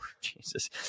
Jesus